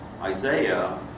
Isaiah